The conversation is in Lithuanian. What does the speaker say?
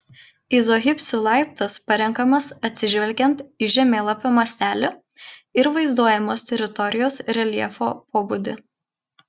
izohipsių laiptas parenkamas atsižvelgiant į žemėlapio mastelį ir vaizduojamos teritorijos reljefo pobūdį